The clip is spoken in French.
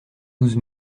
douze